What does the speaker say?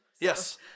yes